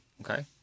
Okay